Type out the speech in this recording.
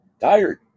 tired